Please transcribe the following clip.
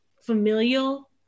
familial